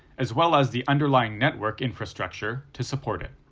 as well as the underlying network infrastructure, to support it.